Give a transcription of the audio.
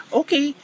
okay